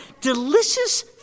delicious